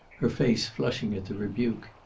her face flushing at the rebuke.